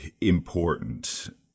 important